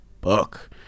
Book